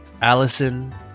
Allison